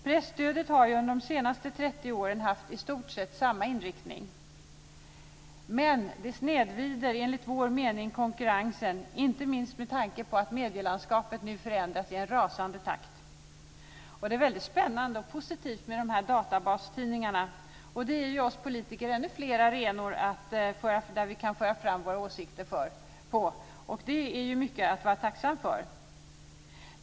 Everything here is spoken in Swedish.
Presstödet har under de senaste 30 åren haft i stort sett samma inriktning. Men det snedvrider enligt vår mening konkurrensen, inte minst med tanke på att medielandskapet nu förändras i en rasande takt. Det är väldigt spännande och positivt med dessa databastidningar. De ger oss politiker ännu fler arenor där vi kan föra fram våra åsikter, och det är ju mycket att vara tacksam för.